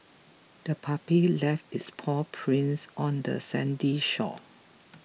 the puppy left its paw prints on the sandy shore